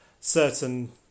certain